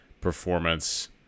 performance